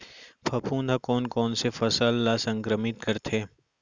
फफूंद ह कोन कोन से फसल ल संक्रमित करथे?